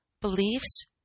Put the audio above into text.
beliefs